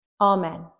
Amen